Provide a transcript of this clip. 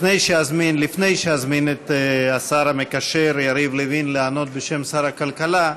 לפני שאזמין את השר המקשר יריב לוין לענות בשם שר הכלכלה,